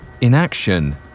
inaction